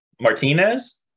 Martinez